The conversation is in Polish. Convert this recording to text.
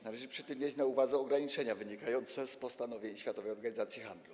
Należy przy tym mieć na uwadze ograniczenia wynikające z postanowień Światowej Organizacji Handlu.